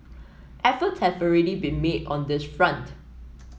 efforts have already been made on this front